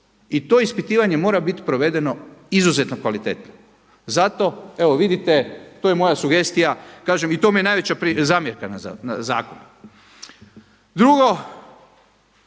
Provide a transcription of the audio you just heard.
I to ispitivanje mora biti provedeno izuzetno kvalitetno. Zato evo vidite to je moja sugestija, kažem i to mi je najveća zamjerka na zakon. Drugo